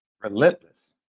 relentless